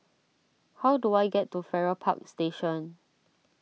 how do I get to Farrer Park Station